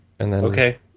Okay